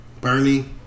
Bernie